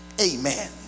Amen